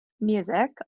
Music